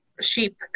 sheep